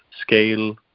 scale